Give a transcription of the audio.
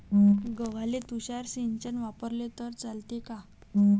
गव्हाले तुषार सिंचन वापरले तर चालते का?